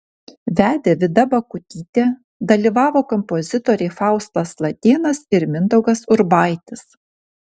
vedė vida bakutytė dalyvavo kompozitoriai faustas latėnas ir mindaugas urbaitis